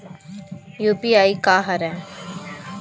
UPI का हरय?